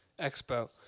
Expo